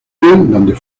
donde